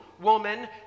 woman